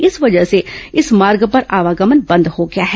इस वजह से इस मार्ग पर आवागमन बंद हो गया है